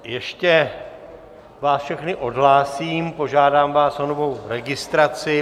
Ještě vás všechny odhlásím, požádám vás o novou registraci.